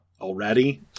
already